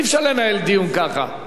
אי-אפשר לנהל דיון ככה.